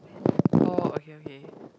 oh okay okay